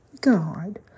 God